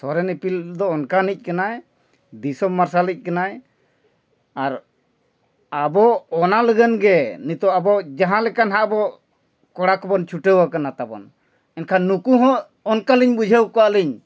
ᱥᱚᱨᱮᱱ ᱤᱯᱤᱞ ᱫᱚ ᱚᱱᱠᱟᱱᱤᱡ ᱠᱟᱱᱟᱭ ᱫᱤᱥᱚᱢ ᱢᱟᱨᱥᱟᱞᱤᱜ ᱠᱟᱱᱟᱭ ᱟᱨ ᱟᱵᱚ ᱚᱱᱟ ᱞᱟᱹᱜᱤᱫ ᱜᱮ ᱱᱤᱛᱳᱜ ᱟᱵᱚ ᱡᱟᱦᱟᱸ ᱞᱮᱠᱟ ᱱᱟᱜ ᱟᱵᱚ ᱠᱚᱲᱟ ᱠᱚᱵᱚᱱ ᱪᱷᱩᱴᱟᱹᱣ ᱟᱠᱟᱱᱟ ᱛᱟᱵᱚᱱ ᱮᱱᱠᱷᱟᱱ ᱱᱩᱠᱩ ᱦᱚᱸ ᱚᱱᱠᱟᱞᱤᱧ ᱵᱩᱡᱷᱟᱹᱣ ᱠᱚᱣᱟ ᱞᱤᱧ